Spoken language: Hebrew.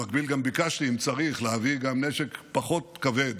במקביל ביקשתי להביא גם נשק פחות כבד